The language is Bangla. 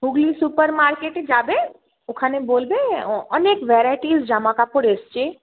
হুগলি সুপারমার্কেটে যাবে ওখানে বলবে অনেক ভ্যারাইটিস জামাকাপড় এসছে